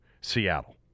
Seattle